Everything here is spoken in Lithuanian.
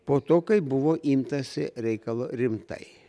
po to kai buvo imtasi reikalo rimtai